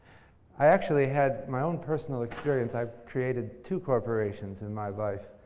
i actually had my own personal experience. i've created two corporations in my life.